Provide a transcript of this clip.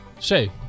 Shay